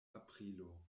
aprilo